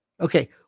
Okay